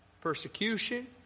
persecution